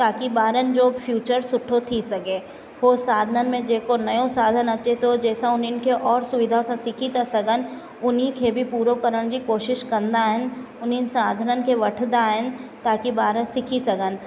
ताकी ॿारनि जो फ्यूचर सुठो थी सघे उहे सालनि में जेको नयो साधन अचे थो जंहिंसां उन्हनि खे और सुविधा सां सिखी था सघनि उन्हीअ खे बि पूरो करण जी कोशिश कंदा आहिनि उन्हीअ साधननि खे वठंदा आहिनि ताकी ॿार सिखी सघनि